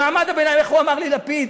למעמד הביניים, איך הוא אמר לי, לפיד?